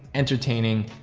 entertaining,